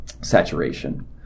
saturation